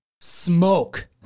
smoke